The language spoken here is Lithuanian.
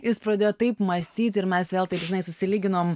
jis pradėjo taip mąstyti ir mes vėl taip žinai susilyginom